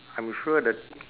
I'm sure that